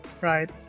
right